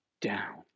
down